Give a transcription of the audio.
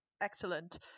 Excellent